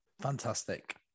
Fantastic